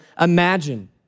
imagine